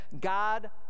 God